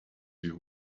you